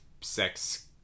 sex